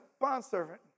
bondservant